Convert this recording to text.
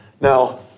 Now